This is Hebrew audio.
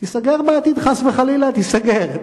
תיסגר בעתיד, חס וחלילה, תיסגר.